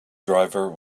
driver